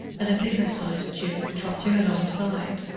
and a bigger sized duke trotting alongside,